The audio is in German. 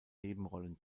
nebenrollen